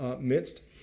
midst